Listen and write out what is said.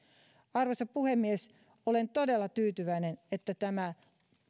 arvoisa puhemies olen todella tyytyväinen että tämä